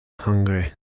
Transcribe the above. Hungry